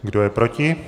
Kdo je proti?